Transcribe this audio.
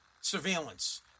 surveillance